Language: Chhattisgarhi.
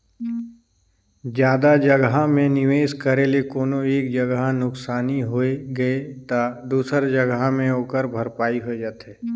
जादा जगहा में निवेस करे ले कोनो एक जगहा नुकसानी होइ गे ता दूसर जगहा में ओकर भरपाई होए जाथे